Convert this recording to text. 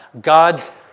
God's